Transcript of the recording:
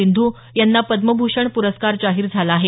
सिंधू यांना पद्मभूषण परस्कार जाहीर झाला आहे